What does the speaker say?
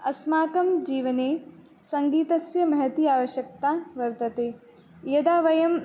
अस्माकं जीवने सङ्गीतस्य महती आवश्यकता वर्तते यदा वयं